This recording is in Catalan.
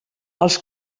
els